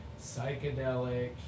psychedelic